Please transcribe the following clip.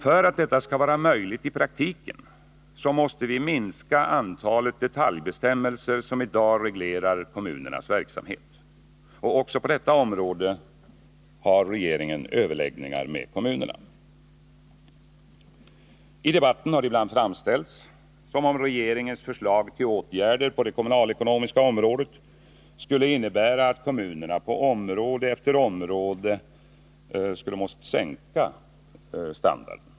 För att detta skall vara möjligt i praktiken måste vi minska antalet detaljbestämmelser som i dag reglerar kommunernas verksamhet. Också på detta område har regeringen överläggningar med kommunerna. I debatten har det ibland framställts som om regeringens förslag till åtgärder på det kommunalekonomiska området skulle innebära att kommunerna på område efter område måste sänka sin standard.